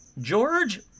George